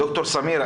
ד"ר סמיר,